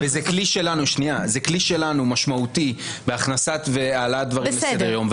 וזה כלי משמעותי שלנו בהעלאת דברים לסדר-היום.